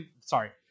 Sorry